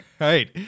right